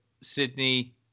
Sydney